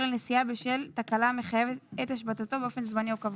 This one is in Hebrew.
לנסיעה בשל תקלה המחייבת את השבתתו באופן זמני או קבוע.